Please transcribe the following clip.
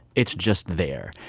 it's just there.